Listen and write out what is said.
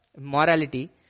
morality